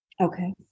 Okay